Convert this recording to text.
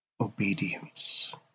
obedience